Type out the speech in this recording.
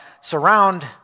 surround